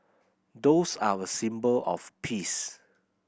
doves are a symbol of peace